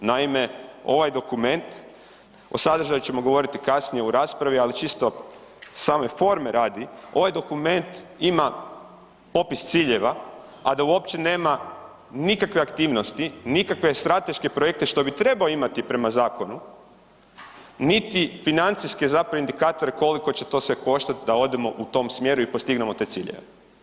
Naime, ovaj dokument, o sadržaju ćemo govoriti kasnije u raspravi ali čisto same forme radi, ovaj dokument ima popis ciljeva, a da uopće nema nikakve aktivnosti, nikakve strateške projekte što bi trebao imati prema zakonu, niti financijske zapravo indikatore koliko će to sve koštati da odemo u tom smjeru i postignemo te ciljeve.